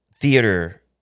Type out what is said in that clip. theater